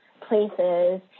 places